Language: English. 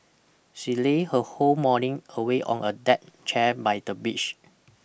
she lay her whole morning away on a deck chair by the beach